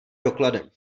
dokladem